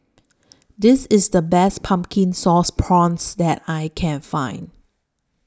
This IS The Best Pumpkin Sauce Prawns that I Can Find